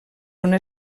una